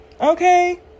Okay